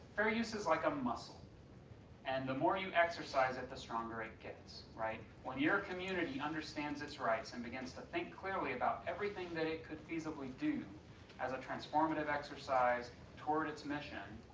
fair use is like a muscle and the more you exercise it, the stronger it gets. right. when your community understands it's rights and begins to think clearly about everything it could feasibly do as a transformative exercise toward it's mission,